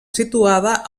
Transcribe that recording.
situada